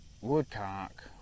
Woodcock